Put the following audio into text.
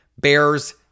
Bears